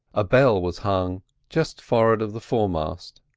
a bell was hung just forward of the foremast.